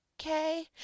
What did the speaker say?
okay